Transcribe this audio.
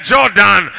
Jordan